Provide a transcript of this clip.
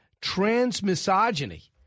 transmisogyny